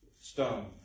stone